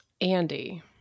Andy